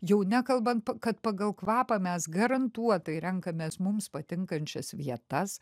jau nekalban kad pagal kvapą mes garantuotai renkamės mums patinkančias vietas